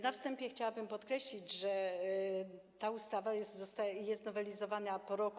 Na wstępie chciałabym podkreślić, że ta ustawa jest nowelizowana po roku.